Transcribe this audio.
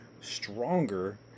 stronger